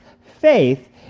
Faith